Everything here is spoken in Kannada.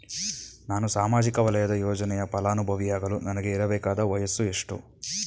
ನಾನು ಸಾಮಾಜಿಕ ವಲಯದ ಯೋಜನೆಯ ಫಲಾನುಭವಿಯಾಗಲು ನನಗೆ ಇರಬೇಕಾದ ವಯಸ್ಸುಎಷ್ಟು?